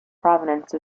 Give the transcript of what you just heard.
provenance